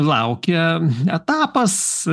laukia etapas